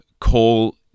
Call